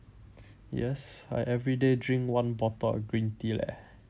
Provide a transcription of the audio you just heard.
yes I everyday drink one bottle of green tea leh